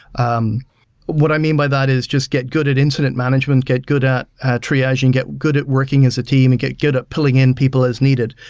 um what i mean by that is just get good at incident management, get good at triage and get good at working as a team and get good at pulling in people as needed,